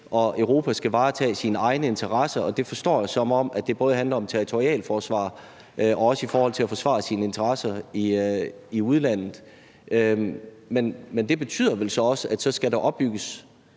at Europa skal varetage sine egne interesser. Det forstår jeg, som om det både handler om territorialforsvar og også om at forsvare sine interesser i udlandet. Men det betyder vel så også, at der skal opbygges